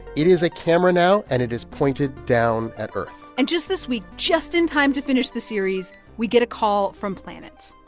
it is a camera now, and it is pointed down at earth and just this week, just in time to finish the series, we get a call from planet.